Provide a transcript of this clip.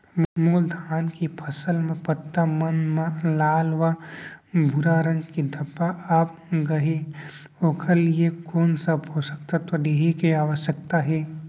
मोर धान के फसल म पत्ता मन म लाल व भूरा रंग के धब्बा आप गए हे ओखर लिए कोन स पोसक तत्व देहे के आवश्यकता हे?